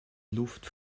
luft